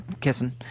kissing